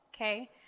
Okay